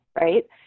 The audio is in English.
Right